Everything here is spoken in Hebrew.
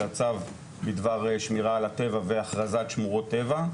שזה הצו בדבר שמירה על הטבע והכרזת שמורות טבע,